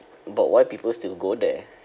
but why people still go there